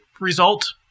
result